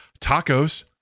tacos